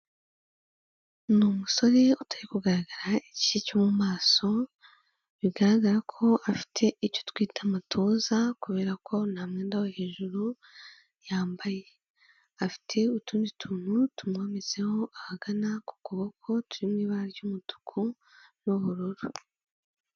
Ni umusore utari kugaragara igice cyo mu maso, bigaragara ko afite icyo twita amatuza kubera ko nta mwenda wo hejuru yambaye, afite utundi tuntu tumwometseho ahagana ku kuboko turi mu ibara ry'umutuku n'ubururu.